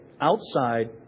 outside